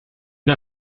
der